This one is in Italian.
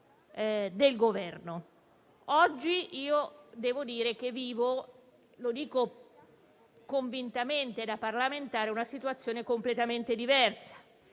del Governo. Oggi devo dire che vivo - lo dico convintamente da parlamentare - una situazione completamente diversa.